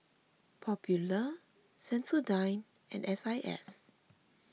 Popular Sensodyne and S I S